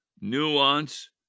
nuance